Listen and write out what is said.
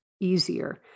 easier